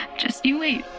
just you wait.